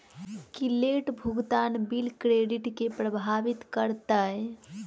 की late भुगतान bill credit केँ प्रभावित करतै?